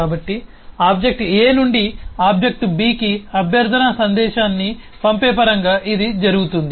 కాబట్టి object A నుండి object B కి అభ్యర్థన సందేశాన్ని పంపే పరంగా ఇది జరుగుతుంది